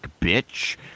bitch